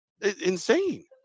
Insane